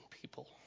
people